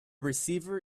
receiver